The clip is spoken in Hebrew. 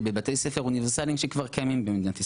בבתי ספר אוניברסליים שכבר קיימים במדינת ישראל.